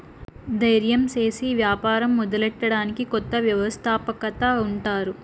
దయిర్యం సేసి యాపారం మొదలెట్టడాన్ని కొత్త వ్యవస్థాపకత అంటారు